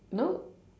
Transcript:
you know